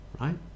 right